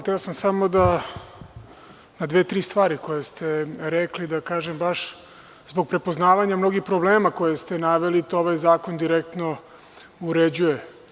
Hteo sam samo na dve-tri stvari koje ste rekli da kažem baš zbog prepoznavanja mnogih problema koje ste naveli, to ovaj zakon direktno uređuje.